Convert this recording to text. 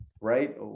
right